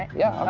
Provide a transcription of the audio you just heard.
yeah.